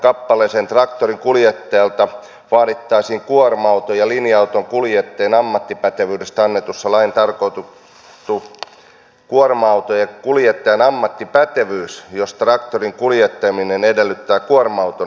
traktorin kuljettajalta vaadittaisiin kuorma ja linja auton kuljettajien ammattipätevyydestä annetussa laissa tarkoitettu kuorma auton kuljettajan ammattipätevyys jos traktorin kuljettaminen edellyttää kuorma auton ajokorttia